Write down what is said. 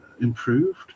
improved